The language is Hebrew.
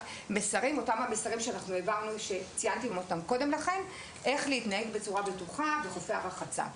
מסרים לאיך להתנהג בצורה בטוחה בחופי הרחצה.